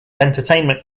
entertainment